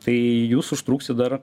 tai jūs užtruksit dar